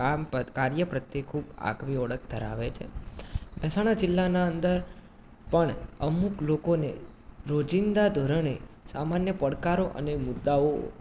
કાર્ય પ્રત્યે ખૂબ આગવી ઓળખ ધરાવે છે મહેસાણા જિલ્લાના અંદર પણ અમુક લોકોને રોજિંદા ધોરણે સામાન્ય પડકારો અને મુદ્દાઓ